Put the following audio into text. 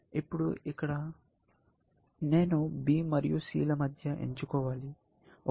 ఇప్పుడు ఇక్కడ నేను B మరియు C ల మధ్య ఎంచుకోవాలి ఒకటి 50